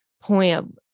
point